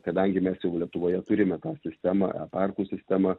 kadangi mes jau lietuvoje turime tą sistemą e parkų sistemą